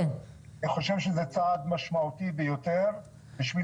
אני חושב שזה צעד משמעותי ביותר בשביל